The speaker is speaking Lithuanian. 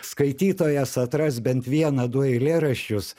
skaitytojas atras bent vieną du eilėraščius